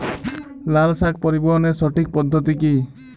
লালশাক পরিবহনের সঠিক পদ্ধতি কি?